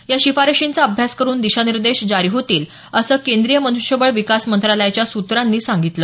या शिफारशींचा अभ्यास करुन दिशानिर्देश जारी होतील असं केंद्रीय मन्ष्यबळ विकास मंत्रालयाच्या सूत्रांनी सांगितलं